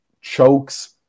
chokes